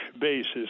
basis